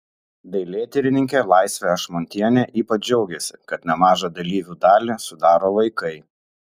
dailėtyrininkė laisvė ašmontienė ypač džiaugėsi kad nemažą dalyvių dalį sudaro vaikai